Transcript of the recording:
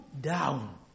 down